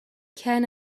كان